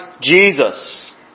Jesus